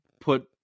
put –